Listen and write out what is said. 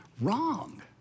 wrong